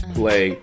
play